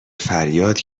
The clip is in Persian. فریاد